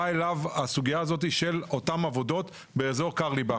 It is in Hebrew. באה אליו הסוגיה הזאת של אותן עבודות באיזור קרליבך.